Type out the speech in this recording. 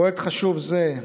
פרויקט חשוב זה,